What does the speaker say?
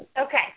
Okay